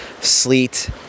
sleet